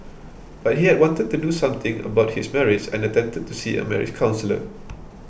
but he had wanted to do something about his marriage and attempted to see a marriage counsellor